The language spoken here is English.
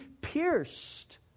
pierced